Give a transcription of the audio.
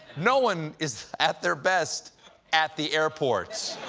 no one is at their best at the airport.